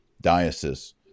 diocese